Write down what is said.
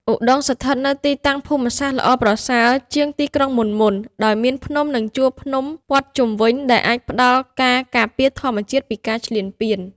ឧដុង្គស្ថិតនៅទីតាំងភូមិសាស្ត្រល្អប្រសើរជាងទីក្រុងមុនៗ ដោយមានភ្នំនិងជួរភ្នំព័ទ្ធជុំវិញ ដែលអាចផ្តល់ការការពារធម្មជាតិពីការឈ្លានពាន។